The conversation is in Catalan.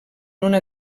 una